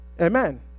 amen